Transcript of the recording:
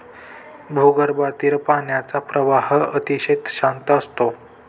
भूगर्भातील पाण्याचा प्रवाह अतिशय शांत असतो